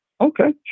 okay